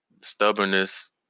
stubbornness